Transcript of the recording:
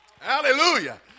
Hallelujah